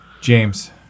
James